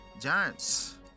Giants